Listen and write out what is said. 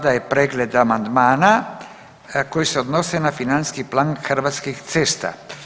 Sada je pregled amandmana koji se odnosi na Financijski plan Hrvatskih cesta.